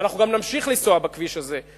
טוב מאוד, ואנחנו גם נמשיך לנסוע בכביש הזה.